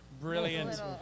Brilliant